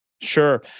Sure